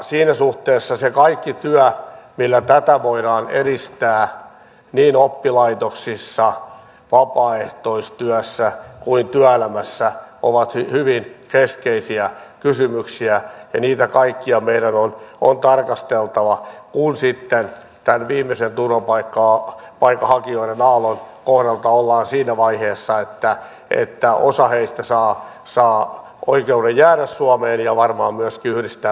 siinä suhteessa se kaikki työ millä tätä voidaan edistää niin oppilaitoksissa vapaaehtoistyössä kuin työelämässä on hyvin keskeistä ja niitä kaikkia kysymyksiä meidän on tarkasteltava kun sitten tämän viimeisen turvapaikanhakijoiden aallon kohdalta ollaan siinä vaiheessa että osa heistä saa oikeuden jäädä suomeen ja varmaan myöskin yhdistää perheitään tänne